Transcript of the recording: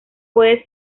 puede